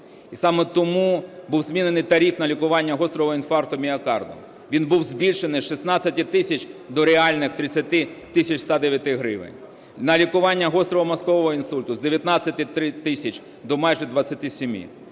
І саме тому був змінений тариф на лікування гострого інфаркту міокарду, він був збільшений з 16 тисяч до реальних 30 тисяч 109 гривень. На лікування гострого мозкового інсульту – з 19 тисяч до майже 27.